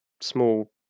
small